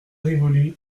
rivoli